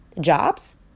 jobs